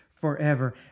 forever